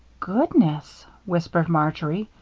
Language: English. goodness! whispered marjory,